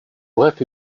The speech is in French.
bref